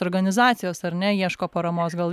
organizacijos ar ne ieško paramos gal